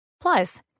Plus